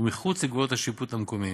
ומחוץ לגבולות השיפוט המקומיים.